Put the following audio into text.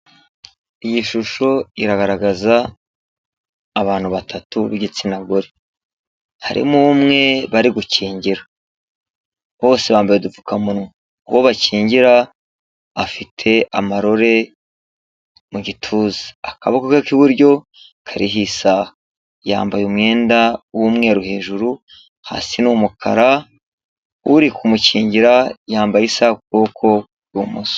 Iyi shusho iragaragaza abantu batatu b'igitsina gore harimo umwe bari gukingira bose bambaye, udupfukamunwa uwo bakingira afite amarore mu gituza akaboko ke k'iburyo kariho isaha, yambaye umwenda w'umweru hejuru hasi ni umukara, uri kumukingira yambaye isaha kukuboko kw'ibumoso.